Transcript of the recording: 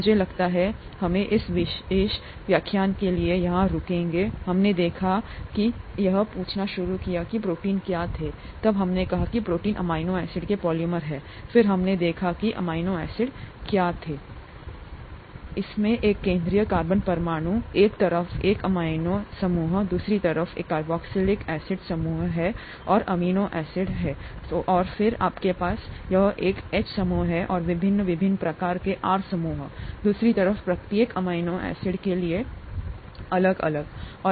मुझे लगता है हमने इस विशेष व्याख्यान के लिए यहां रुकेंगे हमने देखा हमने यह पूछना शुरू किया कि प्रोटीन क्या थे तब हमने कहा कि प्रोटीन अमीनो एसिड के पॉलिमर हैं फिर हमने देखा कि अमीनो एसिड क्या थे इसमें एक केंद्रीय कार्बन परमाणु एक तरफ एक एमिनो समूह दूसरी तरफ एक कार्बोक्जिलिक एसिड समूह है ओर अमीनो एसिड और फिर आपके पास यहां एक एच समूह है और विभिन्न विभिन्न प्रकार के आर समूहों दूसरी तरफ प्रत्येक अमीनो एसिड के लिए एक